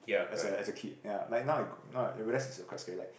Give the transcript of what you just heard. as a as a kid ya like now I now I I realise it's a quite scary like